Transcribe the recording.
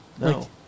No